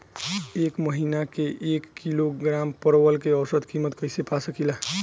एक महिना के एक किलोग्राम परवल के औसत किमत कइसे पा सकिला?